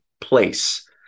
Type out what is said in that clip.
place